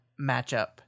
matchup